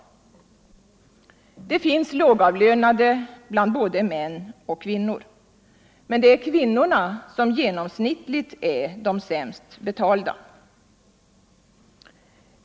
Det finns lågavlönade både bland män och bland kvinnor, men kvinnorna är genomsnittligt de sämst betalda.